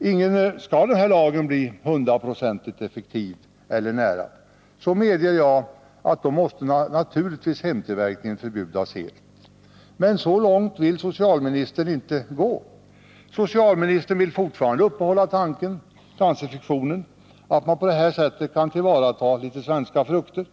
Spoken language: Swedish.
Om lagen skall bli hundraprocentigt effektiv eller nära intill, måste naturligtvis hemtillverkningen förbjudas helt. Men så långt vill inte socialministern gå. Socialministern vill fortfarande uppehålla tanken — kanske fiktionen — att folk på det här sättet kan tillvarata litet svenska frukter.